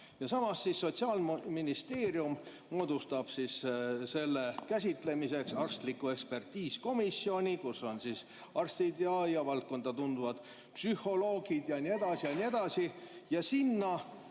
Samas, Sotsiaalministeerium moodustab selle käsitlemiseks arstliku ekspertiisikomisjoni, kus on arstid ja valdkonda tundvad psühholoogid ja nii edasi ja nii edasi, ning sinna